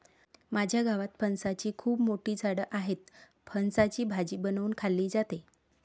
माझ्या गावात फणसाची खूप मोठी झाडं आहेत, फणसाची भाजी बनवून खाल्ली जाते